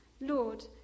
Lord